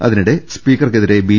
അതിനിടെ സ്പീക്കർക്കെതിരെ ബി